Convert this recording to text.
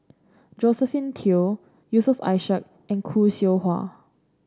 Josephine Teo Yusof Ishak and Khoo Seow Hwa